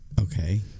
Okay